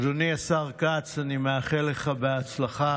אדוני השר כץ, אני מאחל לך הצלחה.